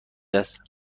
است